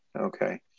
okay